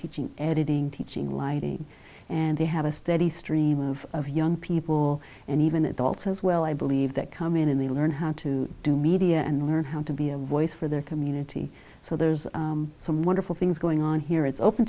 teaching editing teaching lighting and they have a steady stream of of young people and even adults as well i believe that come in and they learn how to do media and learn how to be a voice for their community so there's some wonderful things going on here it's open